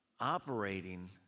operating